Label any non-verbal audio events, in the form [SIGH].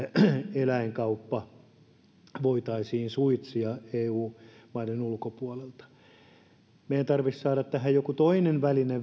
eläinkauppa voitaisiin suitsia eu maiden ulkopuolelta meidän tarvitsee saada tähän vielä joku toinen väline [UNINTELLIGIBLE]